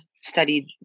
studied